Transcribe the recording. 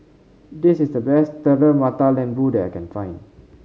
this is the best Telur Mata Lembu that I can find